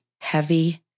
heavy